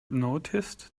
noticed